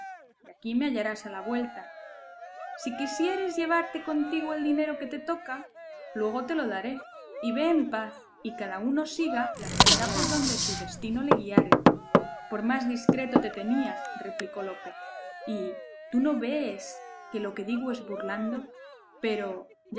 y aquí me hallarás a la vuelta si quisieres llevarte contigo el dinero que te toca luego te lo daré y ve en paz y cada uno siga la senda por donde su destino le guiare por más discreto te tenía replicó lope y tú no vees que lo que digo es burlando pero